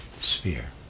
sphere